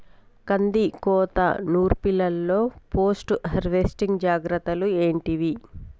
కందికోత నుర్పిల్లలో post harvesting జాగ్రత్తలు ఏంటివి?